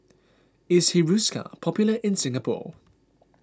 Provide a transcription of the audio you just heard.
is Hiruscar popular in Singapore